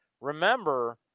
Remember